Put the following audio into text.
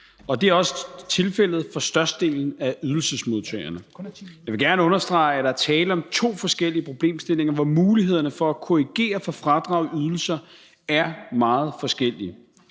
og det er også tilfældet for størstedelen af ydelsesmodtagerne. Men jeg vil gerne understrege, at der er tale om to forskellige problemstillinger, hvor mulighederne for at korrigere for fradrag i ydelserne er meget forskellige.